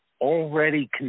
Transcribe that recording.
already